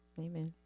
Amen